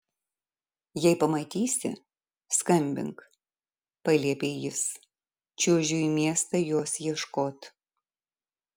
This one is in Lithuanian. jei pamatysi skambink paliepė jis čiuožiu į miestą jos ieškot